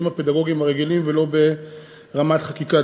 הפדגוגיים הרגילים ולא ברמת החקיקה.